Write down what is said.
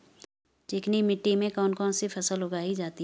चिकनी मिट्टी में कौन कौन सी फसल उगाई जाती है?